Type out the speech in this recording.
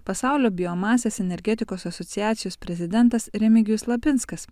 pasaulio biomasės energetikos asociacijos prezidentas remigijus lapinskas